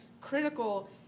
critical